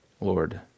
Lord